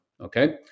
Okay